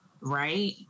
Right